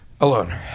alone